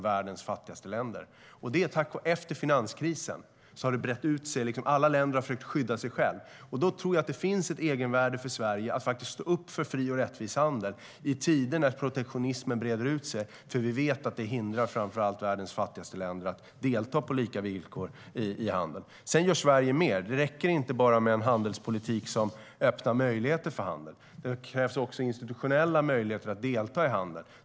Efter finanskrisen har protektionismen brett ut sig. Alla länder har försökt skydda sig själva. I sådana tider finns det ett egenvärde för Sverige att stå upp för fri och rättvis handel, för vi vet att det hindrar världens fattigaste länder att delta i handeln på lika villkor. Sverige gör mer än så. Det räcker inte med en handelspolitik som öppnar möjligheter för handeln. Det krävs också institutionella möjligheter att delta i handeln.